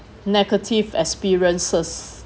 negative experiences